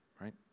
right